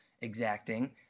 exacting